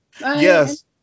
Yes